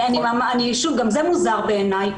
שוב, גם זה מוזר בעיניי.